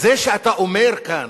זה שאתה אומר כאן